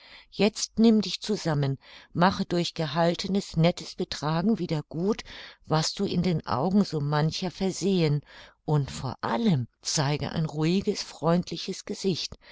jetzt nimm dich zusammen mache durch gehaltenes nettes betragen wieder gut was du in den augen so mancher versehen und vor allem zeige ein ruhiges freundliches gesicht